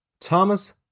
Thomas